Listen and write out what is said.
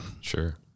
Sure